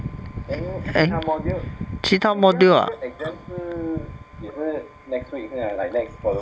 err 其他 module ah